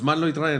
מזמן לא התראינו